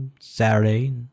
Saturday